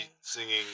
singing